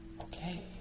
Okay